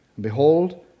behold